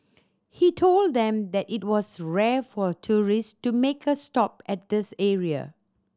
he told them that it was rare for tourists to make a stop at this area